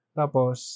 tapos